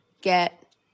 get